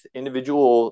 individual